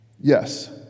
Yes